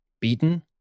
beaten